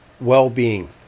well-being